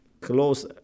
close